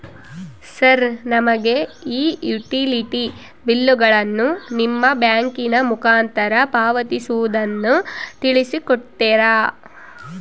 Sir ನಮಗೆ ಈ utility ಬಿಲ್ಲುಗಳನ್ನು ನಿಮ್ಮ ಬ್ಯಾಂಕಿನ ಮುಖಾಂತರ ಪಾವತಿಸುವುದನ್ನು ತಿಳಿಸಿ ಕೊಡ್ತೇರಾ?